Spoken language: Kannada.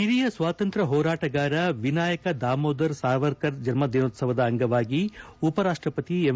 ಹಿರಿಯ ಸ್ವಾತಂತ್ರ್ಯ ಹೋರಾಟಗಾರ ವಿನಾಯಕ ದಾಮೋದರ್ ಸಾವರ್ಕರ್ ಜನ್ನದಿನೋತ್ಸವದ ಅಂಗವಾಗಿ ಉಪರಾಷ್ಷಪತಿ ಎಂ